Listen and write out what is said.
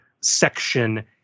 section